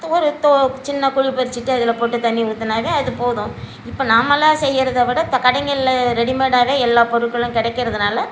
தூறு தோ சின்ன குழி பறித்துட்டு அதில் போட்டு தண்ணி ஊற்றுனாவே அது போதும் இப்போ நாமளாக செய்கிறத விட இந்த கடைகளில் ரெடிமேடாகவே எல்லா பொருட்களும் கிடைக்கிறதனால